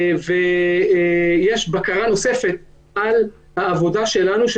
יש בקרה נוספת על העבודה שלנו,